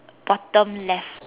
bottom left